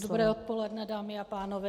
Dobré odpoledne, dámy a pánové.